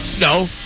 No